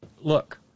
look